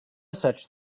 such